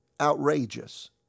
outrageous